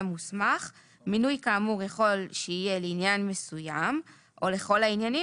מוסמך"; מינוי כאמור יכול שיהיה לעניין מסוים או לכל העניינים